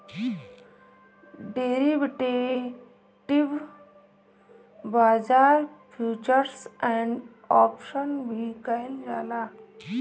derivative बाजार futures and option भी कहल जाला